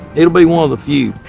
it'll be one of the few.